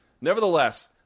Nevertheless